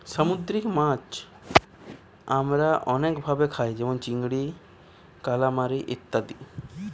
সামুদ্রিক মাছ আমরা অনেক ভাবে খাই যেমন চিংড়ি, কালামারী ইত্যাদি